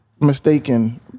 mistaken